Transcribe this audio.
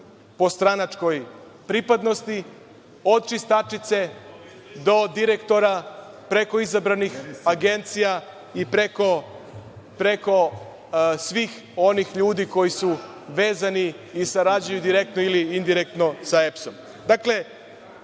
po stranačkoj pripadnosti, od čistačice do direktora, preko izabranih agencija i preko svih onih ljudi koji su vezani i sarađuju direktno ili indirektno sa EPS.Ta